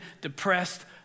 depressed